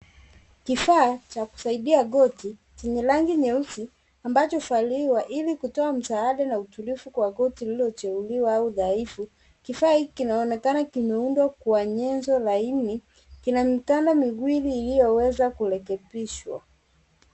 Kifaa cha kusaidia goti chenye rangi nyeusi ambacho huvaliwa ili kutoa msaada na utulivu kwa goti lililojeruhiwa au dhaifu. Kifaa hiki kinaonekana kimeundwa kwa nyenzo laini. Kina mikanda miwili iliyoweza kurekebishwa.